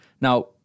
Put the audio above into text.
Now